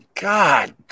God